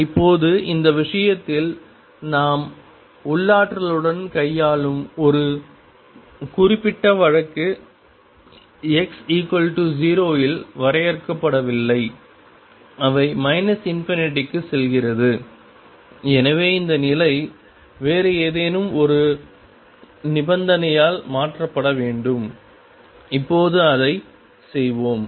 இப்போது இந்த விஷயத்தில் நாம் உள்ளாற்றலுடன் கையாளும் ஒரு குறிப்பிட்ட வழக்கு x0 இல் வரையறுக்கப்படவில்லை அவை ∞ க்கு செல்கிறது எனவே இந்த நிலை வேறு ஏதேனும் ஒரு நிபந்தனையால் மாற்றப்பட வேண்டும் இப்போது அதை செய்வோம்